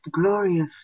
glorious